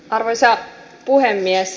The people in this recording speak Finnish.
arvoisa puhemies